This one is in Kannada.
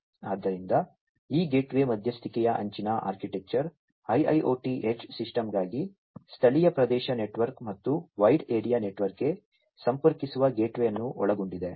ಆದ್ದರಿಂದ ಈ ಗೇಟ್ವೇ ಮಧ್ಯಸ್ಥಿಕೆಯ ಅಂಚಿನ ಆರ್ಕಿಟೆಕ್ಚರ್ IIoT ಎಡ್ಜ್ ಸಿಸ್ಟಮ್ಗಾಗಿ ಸ್ಥಳೀಯ ಪ್ರದೇಶ ನೆಟ್ವರ್ಕ್ ಮತ್ತು ವೈಡ್ ಏರಿಯಾ ನೆಟ್ವರ್ಕ್ಗೆ ಸಂಪರ್ಕಿಸುವ ಗೇಟ್ವೇ ಅನ್ನು ಒಳಗೊಂಡಿದೆ